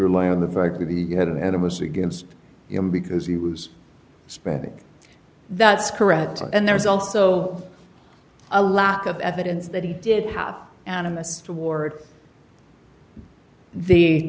rely on the fact that he had an animus against him because he was spending that's correct and there's also a lot of evidence that he did have animist toward